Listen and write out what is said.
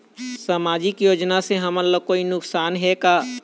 सामाजिक योजना से हमन ला कोई नुकसान हे का?